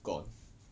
gone